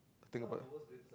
I think about